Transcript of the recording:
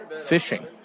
fishing